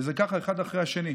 וזה ככה אחד אחרי השני.